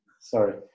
Sorry